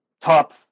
top